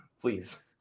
please